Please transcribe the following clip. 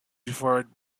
before